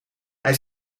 hij